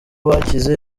bakize